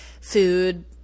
food